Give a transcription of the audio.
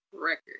Record